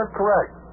correct